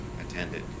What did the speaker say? attended